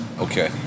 Okay